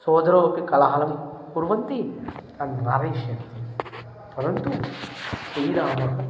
सोदरो अपि कोलाहलं कुर्वन्ति तन्न इष्यन्ति परन्तु श्रीरामः